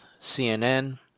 CNN